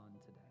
today